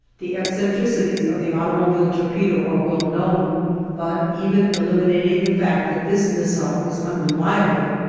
the eccentricities of the automobile torpedo are well known but, even eliminating the fact that this missile is unreliable,